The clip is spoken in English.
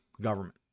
government